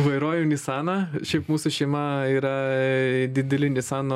vairuoju nisaną šiaip mūsų šeima yra dideli nisano